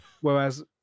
Whereas